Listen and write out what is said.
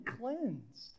cleansed